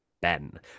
ben